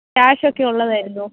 കാശൊക്കെ ഉള്ളതായിരുന്നു